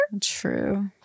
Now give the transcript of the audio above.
True